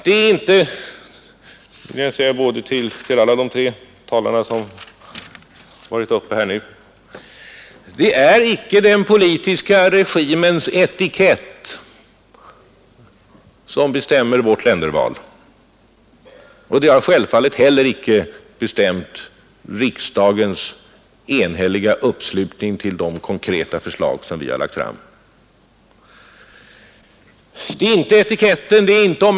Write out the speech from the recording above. Jag vill säga till alla de tre talare som varit uppe här nu att det icke är den politiska regimens etikett som bestämmer regeringens länderval, och det har självfallet heller icke bestämt riksdagens enhälliga uppslutning kring de konkreta förslag som regeringen lagt fram.